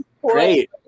great